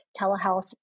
telehealth